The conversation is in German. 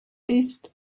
ist